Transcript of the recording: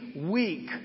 weak